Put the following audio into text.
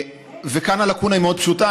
כאן הלקונה היא מאוד פשוטה,